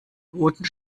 boden